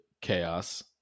chaos